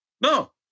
No